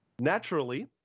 Naturally